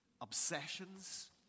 obsessions